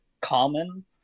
common